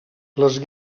les